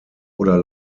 oder